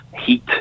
heat